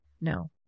No